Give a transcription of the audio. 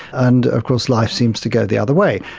and of course life seems to go the other way.